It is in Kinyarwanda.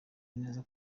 neza